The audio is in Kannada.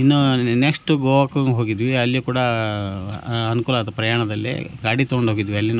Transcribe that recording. ಇನ್ನು ನೆಕ್ಸ್ಟು ಗೋವಕ್ಕೆ ಹೋಗಿದ್ವಿ ಅಲ್ಲಿ ಕೂಡ ಅನುಕೂಲ ಆಯ್ತು ಪ್ರಯಾಣದಲ್ಲಿ ಗಾಡಿ ತಗೊಂಡೋಗಿದ್ವಿ ಅಲ್ಲಿ